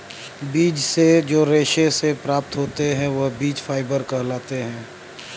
बीज से जो रेशे से प्राप्त होते हैं वह बीज फाइबर कहलाते हैं